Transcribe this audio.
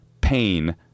pain